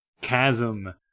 chasm